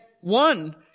one